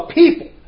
people